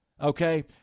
Okay